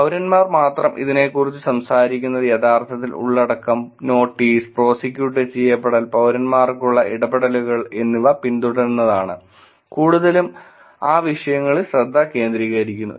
പൌരന്മാർ മാത്രം ഇതിനെക്കുറിച്ച് സംസാരിക്കുന്നത് യഥാർത്ഥത്തിൽ ഉള്ളടക്കം നോട്ടീസ് പ്രോസിക്യൂട്ട് ചെയ്യപ്പെടൽ പൌരന്മാർക്കുള്ള ഇടപെടലുകൾ എന്നിവ പിന്തുടരുന്നതാണ് കൂടുതലും ആ വിഷയങ്ങളിൽ ശ്രദ്ധ കേന്ദ്രീകരിക്കുന്നു